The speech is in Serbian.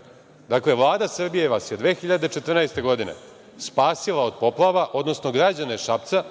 gradom. Dakle, Vlada Srbije vas je 2014. godine spasila od poplava, odnosno građane Šapca,